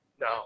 No